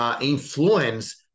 influence